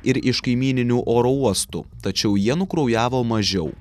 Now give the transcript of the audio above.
ir iš kaimyninių oro uostų tačiau jie nukraujavo mažiau